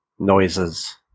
noises